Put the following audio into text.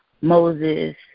Moses